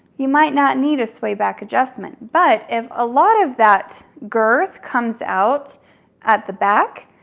you might not need a sway back adjustment. but if a lot of that girth comes out at the back,